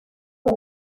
del